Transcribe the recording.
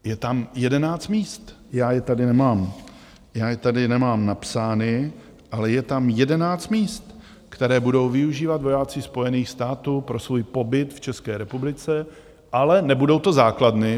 Je tam jedenáct míst, já je tady nemám napsána, ale je tam jedenáct míst, které budou využívat vojáci Spojených států pro svůj pobyt v České republice, ale nebudou to základny.